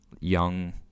young